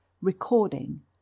Recording